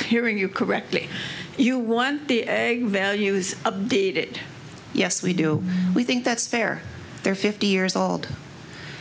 hearing you correctly you want the values of the yes we do we think that's fair they're fifty years old